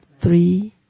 three